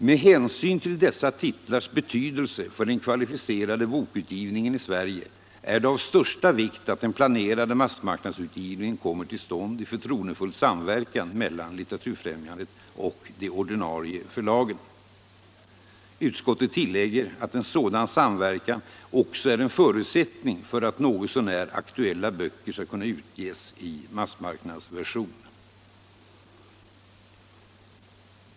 Med hänsyn till dessa titlars betydelse för den kvalificerade bokutgivningen i Sverige är det av största vikt att den planerade massmarknadsutgivningen kommer till stånd i förtroendefull samverkan mellan LCitteraturfrämjandet och de ordinarie förlagen.” Utskottet tillägger alt en sådan samverkan också är en förutsättning för att något så när aktuella böcker skall kunna utges i en massmarknadsversion.